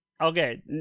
Okay